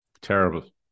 Terrible